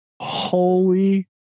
holy